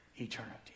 Eternity